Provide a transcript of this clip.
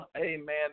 amen